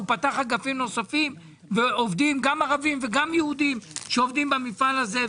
הוא פתח אגפים נוספים ועובדים גם ערבים וגם יהודים במפעל הזה.